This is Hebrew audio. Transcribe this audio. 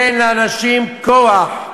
אין לאנשים כוח,